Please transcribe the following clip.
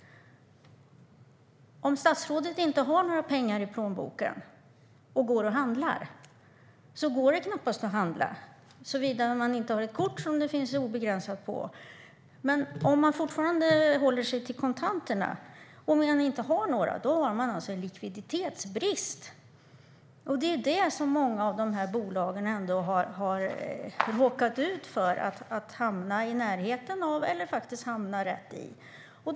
Om statsrådet inte har pengar i plånboken och går och handlar går det knappast att handla, såvida hon inte har ett kort med obegränsade tillgångar på. Men låt oss fortfarande hålla oss till kontanterna. Om det inte finns kontanter råder en likviditetsbrist. Många av bolagen har råkat ut för att hamna i närheten av eller rätt i en kontantbrist.